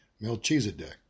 Melchizedek